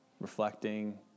Reflecting